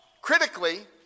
Critically